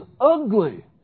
ugly